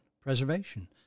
preservation